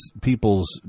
people's